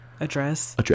Address